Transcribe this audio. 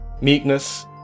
meekness